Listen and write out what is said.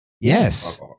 Yes